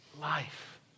life